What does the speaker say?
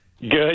Good